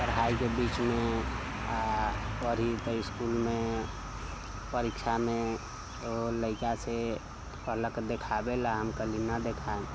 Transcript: पढ़ाइके बीचमे आओर पढ़ि तऽ इसकुलमे परीक्षामे एकगो लड़िकासँ कहलक देखाबैले हम कहली नहि देखायब